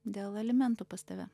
dėl alimentų pas tave